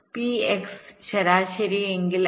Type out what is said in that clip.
P Xആണ് ശരാശരി എങ്കിൽ